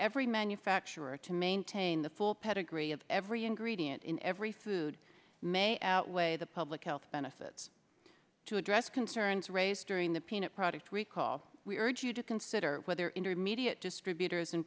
every manufacturer to maintain the full pedigree of every ingredient in every food may outweigh the public health benefits to address concerns raised during the peanut product recall we urge you to consider whether intermediate distributors and